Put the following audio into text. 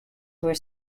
were